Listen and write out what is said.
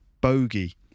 bogey